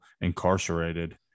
incarcerated